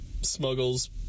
Smuggles